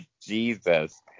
Jesus